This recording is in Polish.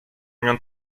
nią